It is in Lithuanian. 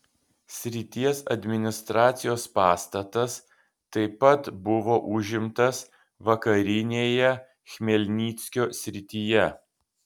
srities administracijos pastatas taip pat buvo užimtas vakarinėje chmelnyckio srityje